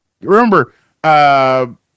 remember